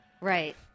Right